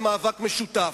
למאבק משותף.